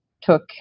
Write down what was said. took